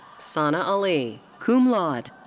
sana ali, cum laude.